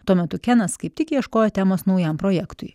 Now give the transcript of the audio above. tuo metu kenas kaip tik ieškojo temos naujam projektui